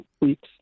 weeks